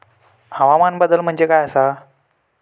हवामान बदल म्हणजे काय आसा?